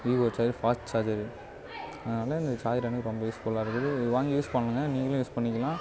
Vivo charger fast charger அதனால இந்த charger எனக்கு ரொம்ப யூஸ் ஃபுல்லாக இருக்குது இது வாங்கி யூஸ் பண்ணுங்க நீங்களும் யூஸ் பண்ணிக்கிலாம்